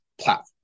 platform